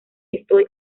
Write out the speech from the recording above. estoy